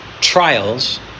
trials